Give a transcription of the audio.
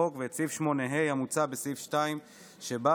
החוק ואת סעיף 8ה המוצע בסעיף 2 שבה,